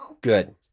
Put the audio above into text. Good